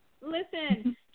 Listen